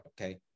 Okay